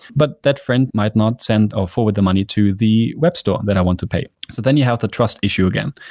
but that friend might not send or forward the money to the web store that i want to pay. so then you have the trust issue again.